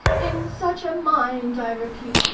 in such a mind, i repeat,